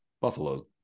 buffalo